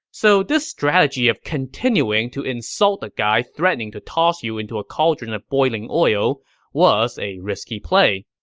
so this strategy of continuing to insult the guy threatening to toss you into a cauldron of boiling oil was a risky play,